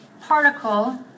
particle